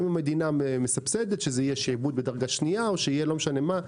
אם המדינה מסבסדת שזה יהיה שעבוד בדרגה שנייה או לא משנה מה.